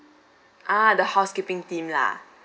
ah the housekeeping team lah